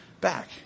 back